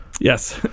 Yes